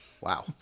Wow